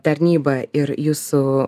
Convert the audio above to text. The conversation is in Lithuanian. tarnyba ir jūsų